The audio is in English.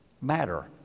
matter